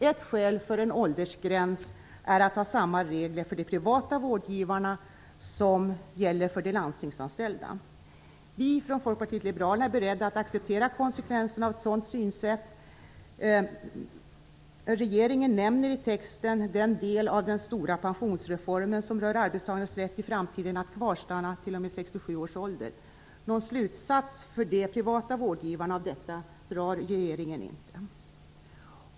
Ett skäl för en åldergräns är att ha samma regler för de privata vårdgivarna som gäller för de landstingsanställda. Vi från Folkpartiet liberalerna är beredda att acceptera konsekvensen av ett sådant synsätt. Regeringen nämner i texten den del av den stora pensionsreformen som rör arbetstagarnas rätt i framtiden att kvarstanna t.o.m. 67 års ålder. Någon slutsats för de privata vårdgivarna av detta drar regeringen dock inte.